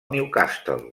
newcastle